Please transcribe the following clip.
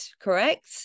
correct